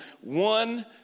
one